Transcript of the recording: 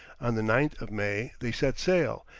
on the ninth of may they set sail,